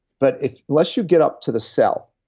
but unless you get up to the cell,